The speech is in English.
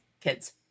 kids